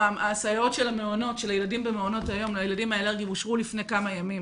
הסייעות של הילדים האלרגיים במעונות היום אושרו לפני כמה ימים,